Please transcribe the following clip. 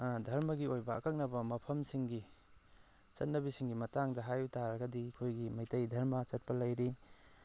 ꯙꯔꯃꯒꯤ ꯑꯣꯏꯕ ꯑꯀꯛꯅꯕ ꯃꯐꯝꯁꯤꯡꯒꯤ ꯆꯠꯅꯕꯤꯁꯤꯡꯒꯤ ꯃꯇꯥꯡꯗ ꯍꯥꯏꯌꯨ ꯇꯥꯔꯒꯗꯤ ꯑꯩꯈꯣꯏꯒꯤ ꯃꯩꯇꯩ ꯙꯔꯃ ꯆꯠꯄ ꯂꯩꯔꯤ